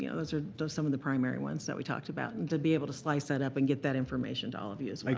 yeah those are some of the primary ones that we talked about and to be able to slice that up and to get that information to all of you as like